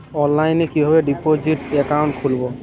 অনলাইনে কিভাবে deposit account খুলবো?